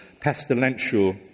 pestilential